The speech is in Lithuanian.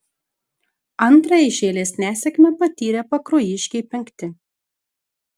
antrąją iš eilės nesėkmę patyrę pakruojiškiai penkti